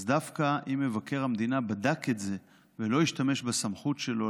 אז דווקא אם מבקר המדינה בדק את זה ולא השתמש בסמכות שלו,